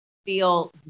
feel